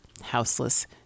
houseless